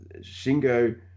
Shingo